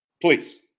please